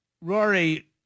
Rory